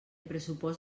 pressupost